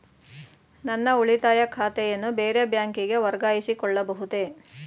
ನನ್ನ ಉಳಿತಾಯ ಖಾತೆಯನ್ನು ಬೇರೆ ಬ್ಯಾಂಕಿಗೆ ವರ್ಗಾಯಿಸಿಕೊಳ್ಳಬಹುದೇ?